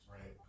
Right